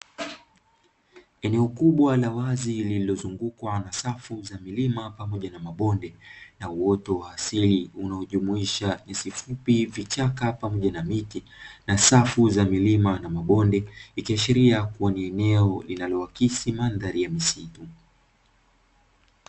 Eneo kubwa la wazi lililozungukwa na safu za milima pamoja na mabonde na uoto wa asili, unaojumuisha nyasi fupi, vichaka pamoja na mti na safu za milima na mabonde. Ikiashiria kuwa ni eneo linaloakisi mandhari ya misitu.